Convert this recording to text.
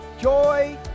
joy